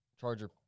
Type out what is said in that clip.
Charger